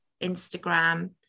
Instagram